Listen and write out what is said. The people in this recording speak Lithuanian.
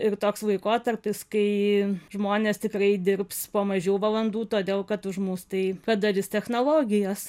ir toks laikotarpis kai žmonės tikrai dirbs po mažiau valandų todėl kad už mus tai padarys technologijos